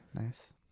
nice